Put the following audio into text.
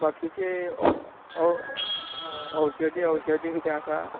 बाकीचे औ औ औशधी औशधी कितें आसा